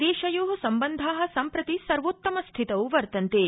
देशयो सम्बन्धा सम्प्रित सर्वोत्तमस्थितौ वर्तन्ते